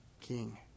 king